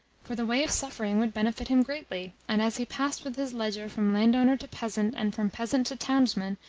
for the way of suffering would benefit him greatly and as he passed with his ledger from landowner to peasant, and from peasant to townsman,